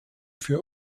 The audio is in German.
für